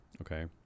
Okay